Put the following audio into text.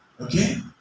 Okay